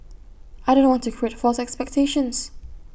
I don't want to create false expectations